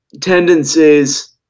tendencies